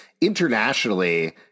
Internationally